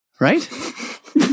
Right